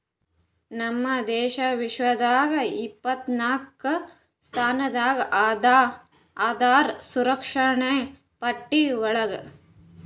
ನಮ್ ದೇಶ ವಿಶ್ವದಾಗ್ ಎಪ್ಪತ್ನಾಕ್ನೆ ಸ್ಥಾನದಾಗ್ ಅದಾ ಅಹಾರ್ ಸುರಕ್ಷಣೆ ಪಟ್ಟಿ ಒಳಗ್